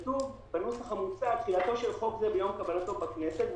כתוב בנוסח המוצע: תחילתו של חוק זה ביום קבלתו בכנסת,